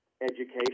education